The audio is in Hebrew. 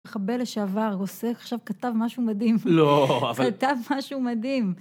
מחבל לשעבר עושה עכשיו, כתב משהו מדהים. לא, אבל... כתב משהו מדהים.